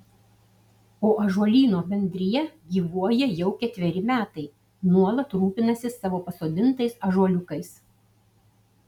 o ąžuolyno bendrija gyvuoja jau ketveri metai nuolat rūpinasi savo pasodintais ąžuoliukais